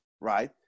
right